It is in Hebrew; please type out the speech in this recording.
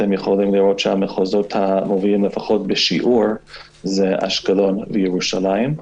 המחוזות המובילים בשיעור זה אשקלון וירושלים.